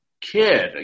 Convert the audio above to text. kid